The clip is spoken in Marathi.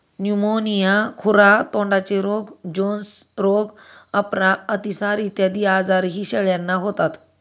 न्यूमोनिया, खुरा तोंडाचे रोग, जोन्स रोग, अपरा, अतिसार इत्यादी आजारही शेळ्यांना होतात